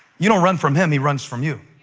you don't run from him he runs from you.